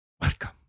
Welcome